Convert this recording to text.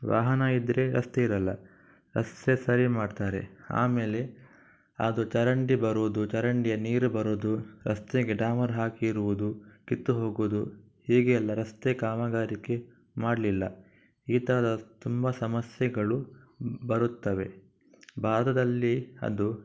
ವಾಹನ ಇದ್ದರೆ ರಸ್ತೆ ಇರೋಲ್ಲ ರಸ್ತೆ ಸರಿ ಮಾಡ್ತಾರೆ ಆಮೇಲೆ ಅದು ಚರಂಡಿ ಬರೋದು ಚರಂಡಿಯ ನೀರು ಬರೋದು ರಸ್ತೆಗೆ ಡಾಮರು ಹಾಕಿರುವುದು ಕಿತ್ತು ಹೋಗೋದು ಹೀಗೆ ಎಲ್ಲ ರಸ್ತೆ ಕಾಮಗಾರಿ ಮಾಡಲಿಲ್ಲ ಈ ಥರ ತುಂಬ ಸಮಸ್ಯೆಗಳು ಬರುತ್ತವೆ ಭಾರತದಲ್ಲಿ ಅದು